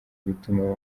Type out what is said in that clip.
bituma